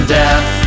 death